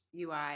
UI